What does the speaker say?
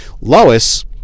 Lois